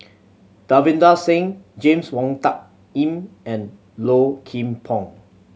Davinder Singh James Wong Tuck Yim and Low Kim Pong